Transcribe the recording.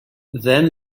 then